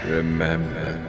Remember